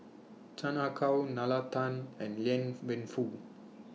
Chan Ah Kow Nalla Tan and Liang Wenfu